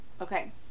Okay